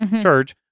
church